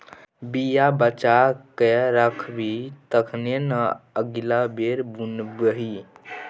बीया बचा कए राखबिही तखने न अगिला बेर बुनबिही